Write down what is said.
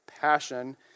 passion